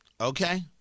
okay